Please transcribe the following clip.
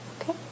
Okay